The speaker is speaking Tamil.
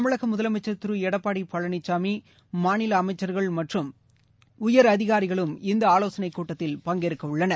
தமிழக முதலமைச்சர் திரு எடப்பாடி பழனிசாமி மாநில அமைச்சர்கள் மற்றும் உயரதிகாரிகளும் இந்த ஆலோசனை கூட்டத்தில் பங்கேற்க உள்ளனர்